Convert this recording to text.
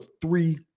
three